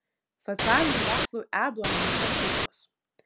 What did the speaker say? socialinių mokslų e duomenų talpyklos